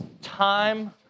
time